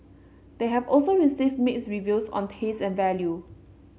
they have also received mixed reviews on taste and value